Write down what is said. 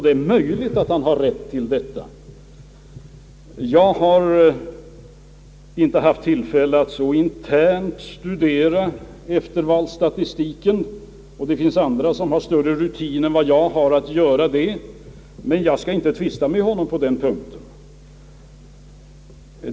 Det är möjligt att han har rätt — jag har inte haft tillfälle att så internt studera eftervalsstatistiken, det finns andra som har större rutin än jag, som har att göra det, och jag skall inte tvista med honom på den punkten.